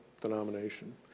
denomination